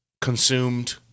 consumed